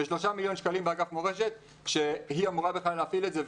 ו-3 מיליון שקלים באגף מורשת כשהיא אמורה בכלל להכיל את זה,